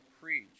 preach